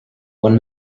one